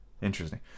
Interesting